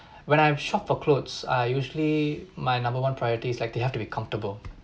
when I shop for clothes I usually my number one priority is like they have to be comfortable